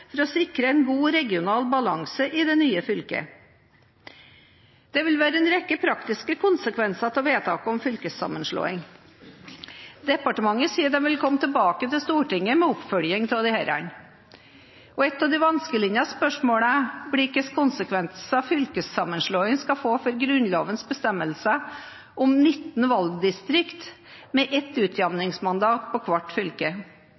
for å sikre en god regional balanse i det nye fylket. Det vil være en rekke praktiske konsekvenser av vedtak om fylkessammenslåing. Departementet sier det vil komme tilbake til Stortinget med oppfølging av disse. Ett av de vanskeligste spørsmålene blir hvilke konsekvenser fylkessammenslåing skal få for Grunnlovens bestemmelser om 19 valgdistrikt med ett utjamningsmandat på hvert fylke.